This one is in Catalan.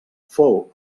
fou